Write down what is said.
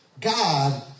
God